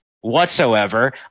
whatsoever